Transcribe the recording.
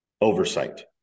oversight